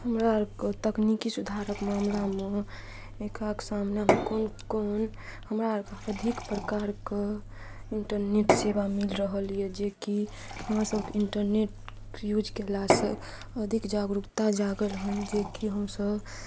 हमरा आरके तकनीकी सुधारक मामलामे एक सामनामे कोन कोन हमरा आरके अधिक प्रकारके इन्टरनेट सेवा मिल रहल यऽ जेकि अहाँ सबके इन्टरनेट यूज केलासँ अधिक जागरूकता जागल हन जेकि हमसब